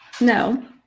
No